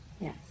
Yes